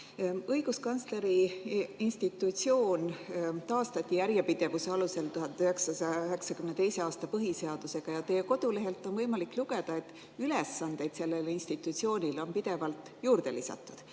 Õiguskantsleri institutsioon taastati järjepidevuse alusel 1992. aasta põhiseadusega. Teie kodulehelt on võimalik lugeda, et ülesandeid on sellele institutsioonile pidevalt juurde lisatud.